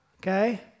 Okay